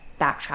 backtrack